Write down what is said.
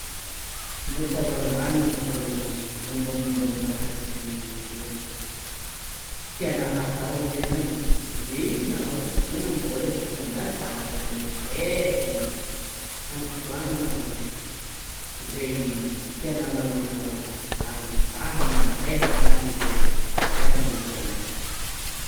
Mbô tsaroana ana nivôlana mombamomba ny vakansy le tiagna atao ozy ena igny zey i nao nanambôla vitanao tsara nandende amy fotoagna zay tianao hagnanaovana vakansy ary nafahana nande amy tany ze tiagna andianana koa.